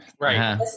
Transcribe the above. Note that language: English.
right